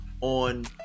on